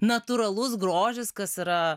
natūralus grožis kas yra